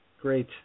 Great